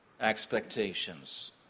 expectations